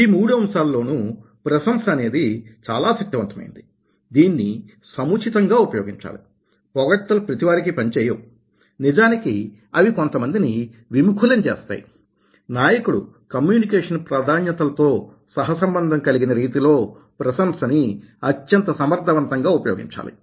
ఈ మూడు అంశాల్లోనూ ప్రశంస అనేది చాలా శక్తివంతమైనది దీనిని సముచితంగా ఉపయోగించాలి పొగడ్తలు ప్రతీవారికీ పనిచేయవు నిజానికి అవి కొంత మందిని విముఖులని చేస్తాయి నాయకుడు కమ్యూనికేషన్ ప్రాధాన్యతలతో సహసంబంధం కలిగిన రీతిలో ప్రశంసని అత్యంత సమర్థవంతంగా ఉపయోగించగలగాలి